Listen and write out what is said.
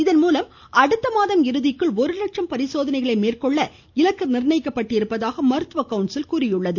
இதன் மூலம் அடுத்த மாதம் இறுதிக்குள் ஒரு லட்சம் பரிசோதனைகளை மேற்கொள்ள இலக்கு நிர்ணயிக்கப்பட்டுள்ளதாக மருத்துவ கவுன்சில் கூறியுள்ளது